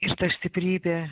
ir ta stiprybė